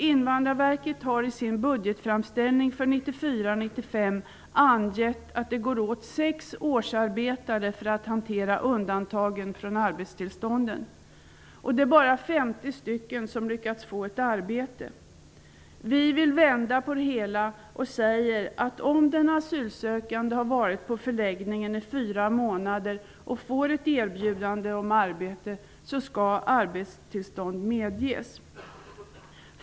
Invandrarverket har i sin budgetframställning för 1994/95 angett att det går åt sex årsarbetare för att hantera undantagen från arbetstillstånden, och det är bara 50 stycken som lyckats få arbete. Vi vill vända på det hela och säger att om den asylsökande har varit på förläggningen i fyra månader och får ett erbjudande om arbete, skall arbetstillstånd medges.